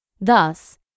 Thus